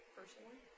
personally